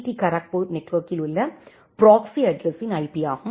D Kharagpur நெட்வொர்க்கில் உள்ள proxy அட்ரஸ்ஸின் ஐபி ஆகும்